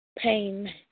Pain